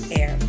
air